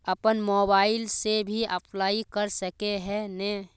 अपन मोबाईल से भी अप्लाई कर सके है नय?